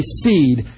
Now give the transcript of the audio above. seed